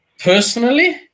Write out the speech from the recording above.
Personally